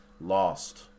lost